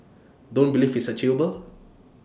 don't believe it's achievable